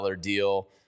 deal